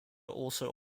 also